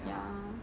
ya